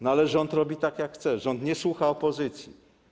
No, ale rząd robi tak, jak chce, rząd nie słucha opozycji.